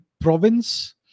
province